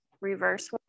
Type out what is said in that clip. reverse